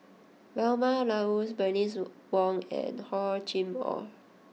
Vilma Laus Bernice Wong and Hor Chim Or